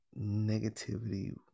negativity